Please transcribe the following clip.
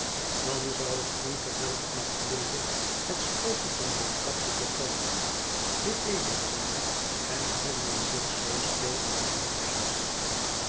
dan zou ik hun terwijl ik mij kleedde het sprookje van roodkapje vertellen dit deden zij en hielden zich zoo stil als muisjes